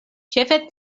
ĉefe